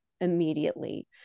immediately